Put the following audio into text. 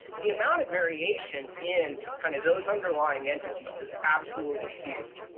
the amount of variation in kind of those underlying entities is absolutely huge.